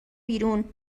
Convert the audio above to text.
بیرون